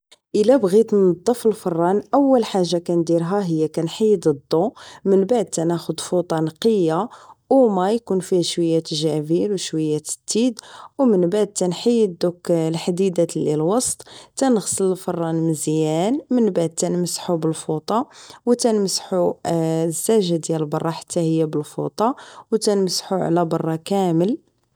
الا بغيت نضف الفران اول حاجة كنديرها هي كنحيد الضو من بعد تناخد فوطة نقية و ما يكون فيه شوية جافيل و شوية التيد و من بعد تنحييد دوك الحديدات لوسط تنغسل الفران مزيان من بعد تنمسحو بالفوطة و تنمسحو الزاجة ديال برا حتى هي بالفوطة و تنمسحوه على برا كامل